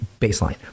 baseline